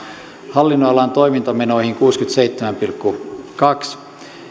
hallinnonalan toimintamenoihin kuusikymmentäseitsemän pilkku kaksi